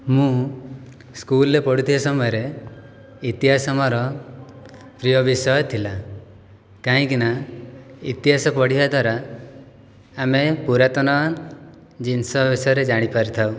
ମୁଁ ସ୍କୁଲରେ ପଢ଼ୁଥିବା ସମୟରେ ଇତିହାସ ମୋର ପ୍ରିୟ ବିଷୟ ଥିଲା କାହିଁକି ନା ଇତିହାସ ପଢ଼ିବା ଦ୍ଵାରା ଆମେ ପୁରାତନ ଜିନିଷ ବିଷୟରେ ଜାଣି ପାରିଥାଉ